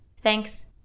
Thanks